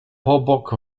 pobok